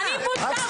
אני בושה?